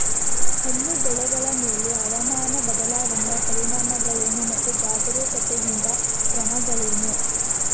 ಹಣ್ಣು ಬೆಳೆಗಳ ಮೇಲೆ ಹವಾಮಾನ ಬದಲಾವಣೆಯ ಪರಿಣಾಮಗಳೇನು ಮತ್ತು ಜಾಗರೂಕತೆಯಿಂದ ಕ್ರಮಗಳೇನು?